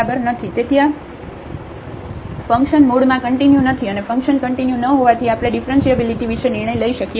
તેથી આ ફંક્શન મૂળમાં કંટીન્યુ નથી અને ફંક્શન કંટીન્યુ ન હોવાથી આપણે ડિફરન્ટિબિલીટી વિશે નિર્ણય લઈ શકીએ છીએ